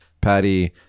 patty